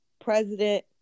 president